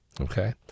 Okay